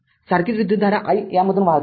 सारखीच विद्युतधारा i यामधून वाहत आहे